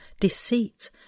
deceit